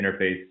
interface